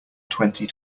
twenty